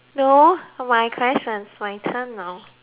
my questions my turn now hehe